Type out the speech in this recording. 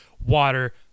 water